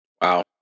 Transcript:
wow